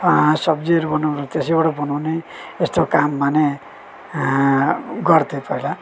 सब्जीहरू बनाउन त्यसैबाट बनाउने यस्तो काम माने गर्थे पहिला